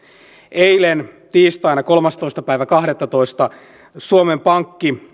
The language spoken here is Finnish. eilen tiistaina kolmastoista kahdettatoista suomen pankki